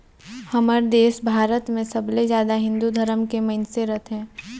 हमर देस भारत मे सबले जादा हिन्दू धरम के मइनसे रथें